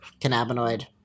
Cannabinoid